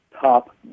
top